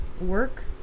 work